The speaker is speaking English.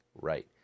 right